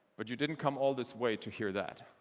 but you didn't come all this way to hear that.